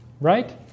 Right